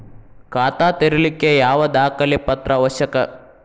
ಖಾತಾ ತೆರಿಲಿಕ್ಕೆ ಯಾವ ದಾಖಲೆ ಪತ್ರ ಅವಶ್ಯಕ?